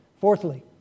Fourthly